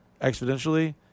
exponentially